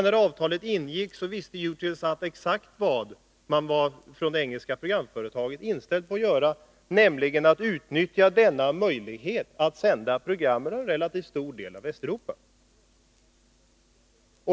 När avtalet ingicks visste EUTELSAT exakt — det är klart — vad man från det engelska programföretaget var inställd på att göra, nämligen utnyttja möjligheterna att sända program över en relativt stor del av Västeuropa.